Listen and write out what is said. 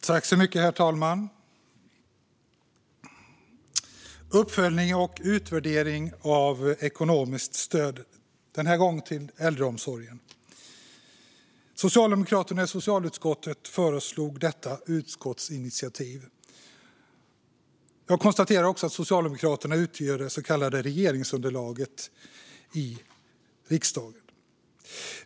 Herr talman! Vi debatterar uppföljning och utvärdering av ekonomiskt stöd, den här gången till äldreomsorgen. Socialdemokraterna i socialutskottet föreslog detta utskottsinitiativ. Jag konstaterar att Socialdemokraterna utgör det så kallade regeringsunderlaget i riksdagen.